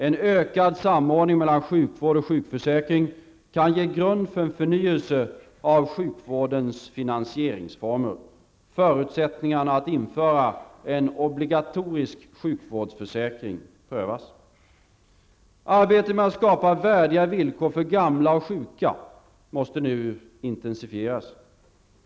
En ökad samordning mellan sjukvård och sjukförsäkring kan ge grund för en förnyelse av sjukvårdens finansieringsformer. Förutsättningarna att införa en obligatorisk sjukvårdsförsäkring prövas. Arbetet med att skapa värdiga villkor för gamla och sjuka måste nu intensifieras.